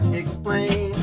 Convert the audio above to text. explain